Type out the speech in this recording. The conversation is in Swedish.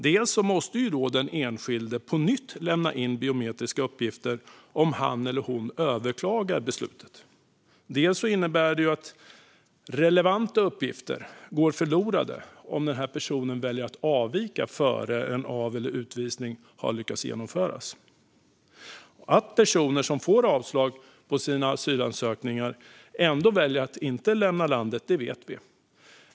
Dels måste den enskilde på nytt lämna in biometriska uppgifter om han eller hon överklagar beslutet, dels innebär det att relevanta uppgifter går förlorade om den här personen väljer att avvika innan en av eller utvisning har lyckats genomföras. Att personer som får avslag på sina asylansökningar ändå väljer att inte lämna landet vet vi.